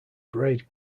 braid